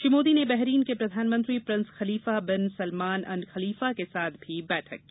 श्री मोदी ने बहरीन के प्रधानमंत्री prince Khalifa bin Salman al Khalifa के साथ भी बैठक की